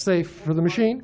safe for the machine